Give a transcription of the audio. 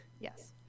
Yes